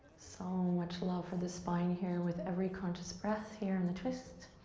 so much love for the spine here with every conscious breath here in the twist.